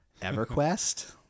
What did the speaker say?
EverQuest